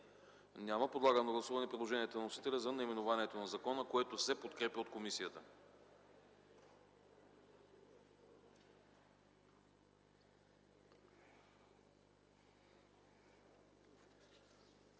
Няма. Подлагам на гласуване предложението на вносителя за наименованието на закона, което се подкрепя от комисията.